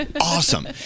awesome